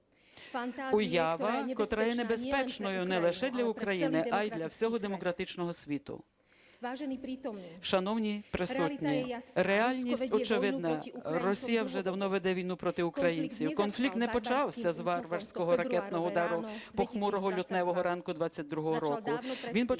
уява, котра є небезпечною не лише для України, а і для усього демократичного світу. Шановні присутні, реальність очевидна: Росія вже давно веде війну проти українців. Конфлікт не почався з варварського ракетного удару похмурого лютневого ранку 22-го року, він почався задовго до того